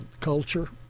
culture